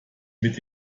mit